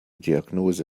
diagnose